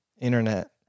internet